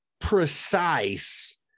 precise